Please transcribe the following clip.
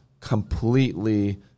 completely